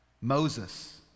Moses